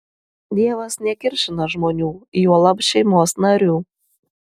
dievas nekiršina žmonių juolab šeimos narių